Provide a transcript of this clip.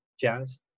Jazz